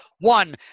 One